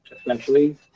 essentially